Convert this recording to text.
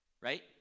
Right